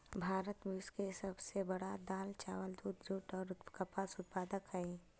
भारत विश्व के सब से बड़ा दाल, चावल, दूध, जुट और कपास उत्पादक हई